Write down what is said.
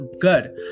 good